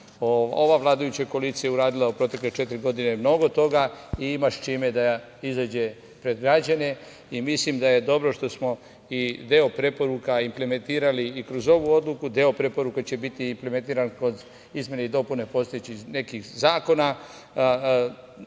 vladajuća koalicija je uradila u protekle četiri godine mnogo toga i ima sa čime da izađe pred građane i mislim da je dobro što smo i deo preporuka implementirali i kroz ovu odluku. Deo preporuka će biti implementiran kod izmena i dopuna postojećih nekih zakona.U